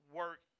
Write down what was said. work